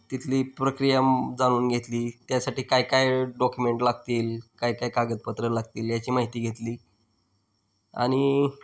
तिथली प्रक्रिया जाणून घेतली त्यासाठी काय काय डॉक्युमेंट लागतील काय काय कागदपत्रं लागतील याची माहिती घेतली आणि